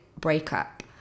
breakup